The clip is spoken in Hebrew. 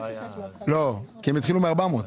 כי הם התחילו ב-400,000.